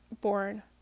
born